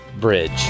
bridge